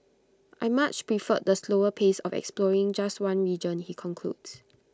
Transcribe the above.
I much preferred the slower pace of exploring just one region he concludes